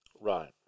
Right